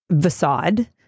facade